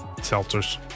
Seltzer's